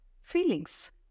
feelings